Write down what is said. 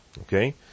Okay